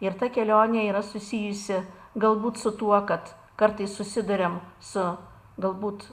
ir ta kelionė yra susijusi galbūt su tuo kad kartais susiduriam su galbūt